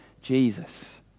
Jesus